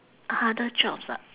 other jobs ah